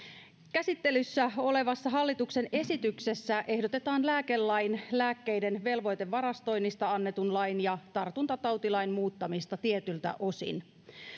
käsittelyssä olevassa hallituksen esityksessä ehdotetaan lääkelain lääkkeiden velvoitevarastoinnista annetun lain ja tartuntatautilain muuttamista tietyiltä osin